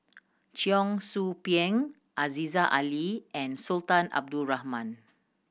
Cheong Soo Pieng Aziza Ali and Sultan Abdul Rahman